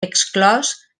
exclòs